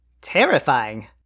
terrifying